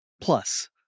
Plus